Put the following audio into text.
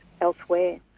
elsewhere